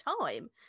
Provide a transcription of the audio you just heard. time